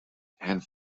and